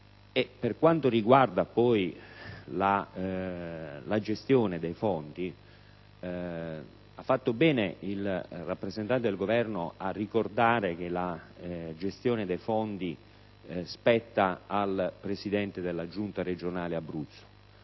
Per quanto riguarda poi la gestione dei fondi, ha fatto bene il rappresentante del Governo a ricordare che essa spetta al Presidente della Giunta regionale dell'Abruzzo,